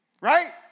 right